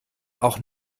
auch